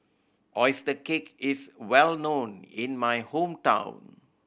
oyster cake is well known in my hometown